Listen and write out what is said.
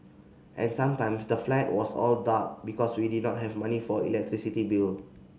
and sometimes the flat was all dark because we did not have money for electricity bill